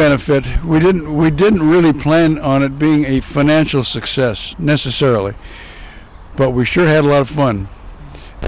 benefit we didn't we didn't really plan on it being a financial success necessarily but we sure had a lot of fun